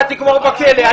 אתה תגמור בכלא.